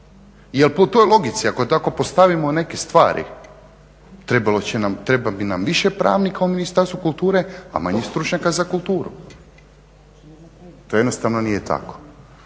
po toj logici ako tako postavimo neke stvari treba nam više pravnika u Ministarstvu kulture, a manje stručnjaka za kulturu. To jednostavno nije tako.